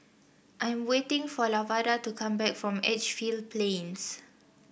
I am waiting for Lavada to come back from Edgefield Plains